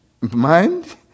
Mind